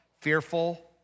Fearful